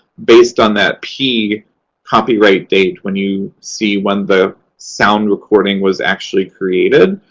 based on that p copyright date, when you see when the sound recording was actually created,